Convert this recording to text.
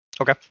Okay